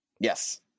yes